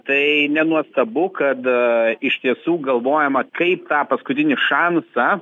tai nenuostabu kad iš tiesų galvojama kaip tą paskutinį šansą